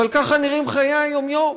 אבל ככה נראים חיי היום-יום,